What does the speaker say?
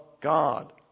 God